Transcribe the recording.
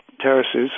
Terraces